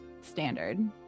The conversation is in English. standard